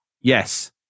yes